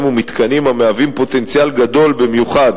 ומתקנים המהווים פוטנציאל גדול במיוחד